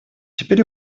теперь